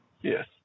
yes